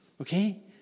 okay